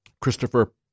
Christopher